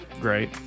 Great